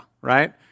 right